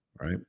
right